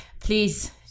please